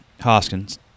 Hoskins